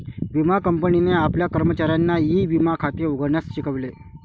विमा कंपनीने आपल्या कर्मचाऱ्यांना ई विमा खाते उघडण्यास शिकवले